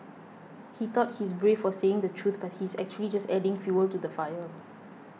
he thought he's brave for saying the truth but he's actually just adding fuel to the fire